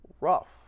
rough